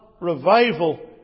revival